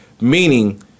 Meaning